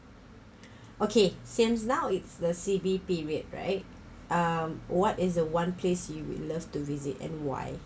okay since now it's the C_B period right um what is the one place you will love to visit and why